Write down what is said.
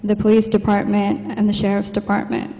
the police department and the sheriff's department